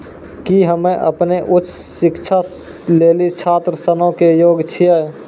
कि हम्मे अपनो उच्च शिक्षा लेली छात्र ऋणो के योग्य छियै?